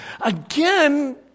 Again